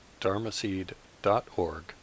dharmaseed.org